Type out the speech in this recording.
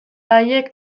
haiek